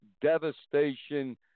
devastation